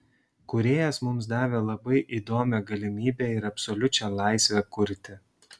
kūrėjas mums davė labai įdomią galimybę ir absoliučią laisvę kurti